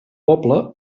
poble